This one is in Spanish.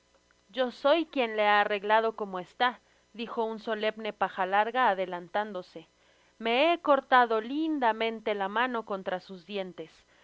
yo soy quien le ha arreglado cemo esta dijo un solemne paja larga adelantándose me he cortado lindamente la mano contra sus dientes